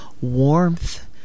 warmth